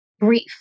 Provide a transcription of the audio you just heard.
grief